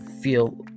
feel